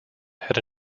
had